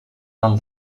del